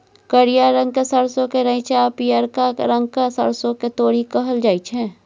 करिया रंगक सरसों केँ रैंचा आ पीयरका रंगक सरिसों केँ तोरी कहल जाइ छै